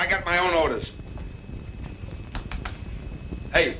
i got my own borders